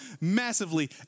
massively